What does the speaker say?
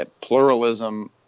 pluralism